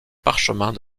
parchemins